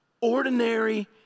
Ordinary